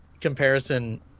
comparison